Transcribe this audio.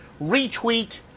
retweet